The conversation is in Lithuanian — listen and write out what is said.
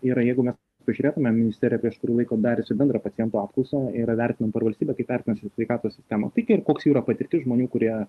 yra jeigu mes pažiūrėtume ministerija prieš kurį laiką dariusi bendrą pacientų apklausą yra vertinam per valstybę kaip vertina svei sveikatos sistemą tai kai ir koks yra patirtis žmonių kurie